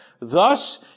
Thus